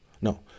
no